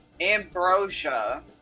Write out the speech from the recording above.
ambrosia